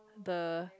the